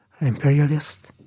imperialist